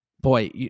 Boy